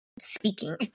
speaking